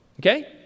Okay